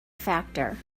factor